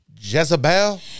Jezebel